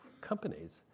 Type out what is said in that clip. companies